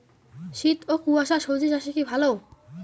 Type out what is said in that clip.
শীত ও কুয়াশা স্বজি চাষে কি ভালো?